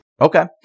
Okay